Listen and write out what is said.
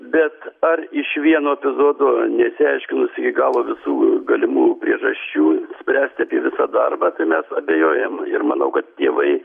bet ar iš vieno epizodo neišsiaiškinus iki galo visų galimų priežasčių spręsti apie visą darbą tai mes abejojam ir manau kad tėvai